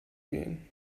gehen